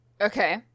Okay